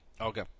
Okay